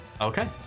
Okay